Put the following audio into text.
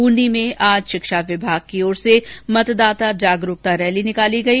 ब्रंदी में आज शिक्षा विभाग की ओर से मतदाता जागरूकता रैली निकाली गई